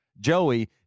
Joey